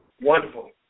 Wonderful